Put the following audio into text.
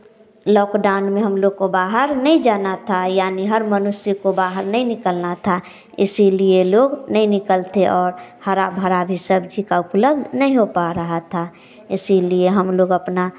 lock down में हम लोग को बाहर नहीं जाना था यानी हर मनुष्य को बाहर नहीं निकलना था इसीलिए लोग नहीं निकलते और हरा भरा भी सब्ज़ी का उपलब्ध नहीं हो पा रहा था इसीलिए हम लोग अपना